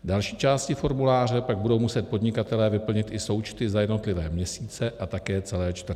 V další části formuláře pak budou muset podnikatelé vyplnit i součty za jednotlivé měsíce a také celé čtvrtletí.